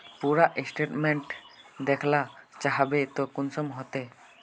पूरा स्टेटमेंट देखला चाहबे तो कुंसम होते?